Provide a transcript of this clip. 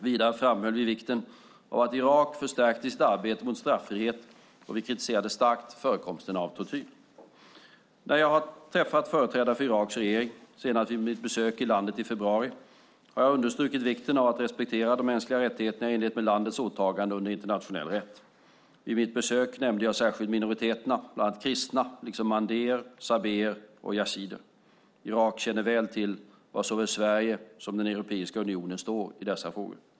Vidare framhöll vi vikten av att Irak förstärker sitt arbete mot straffrihet, och vi kritiserade starkt förekomsten av tortyr. När jag har träffat företrädare för Iraks regering, senast vid mitt besök i landet i februari, har jag understrukit vikten av att respektera de mänskliga rättigheterna i enlighet med landets åtaganden under internationell rätt. Vid mitt besök nämnde jag särskilt minoriteterna, bland annat kristna liksom mandéer/sabéer och yazidier. Irak känner väl till var såväl Sverige som Europeiska unionen står i dessa frågor.